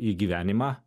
į gyvenimą